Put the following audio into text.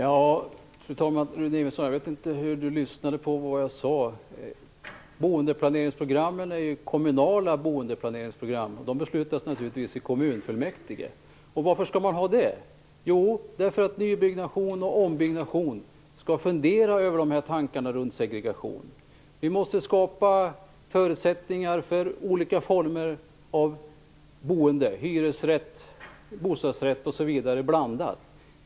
Fru talman! Jag vet inte hur Rune Evensson lyssnade på mig. Boendeplaneringsprogrammen är ju kommunala boendeplaneringsprogram, som naturligtvis beslutas i kommunfullmäktige. Varför skall det då vara så? Jo, därför att man beträffande nybyggnation och ombyggnation skall fundera över detta med segregation. Vi måste skapa förutsättningar för olika former av boende - hyresrätt, bostadsrätt osv. blandat.